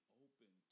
open